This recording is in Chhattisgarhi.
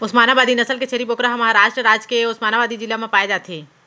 ओस्मानाबादी नसल के छेरी बोकरा ह महारास्ट राज के ओस्मानाबादी जिला म पाए जाथे